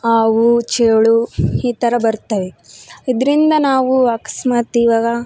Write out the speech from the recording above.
ಹಾವು ಚೇಳು ಈ ಥರ ಬರ್ತವೆ ಇದರಿಂದ ನಾವು ಅಕಸ್ಮಾತು ಇವಾಗ